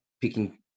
picking